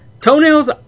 Toenails